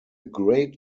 great